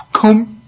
come